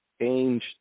Ainge